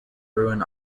ruin